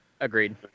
Agreed